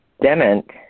Dement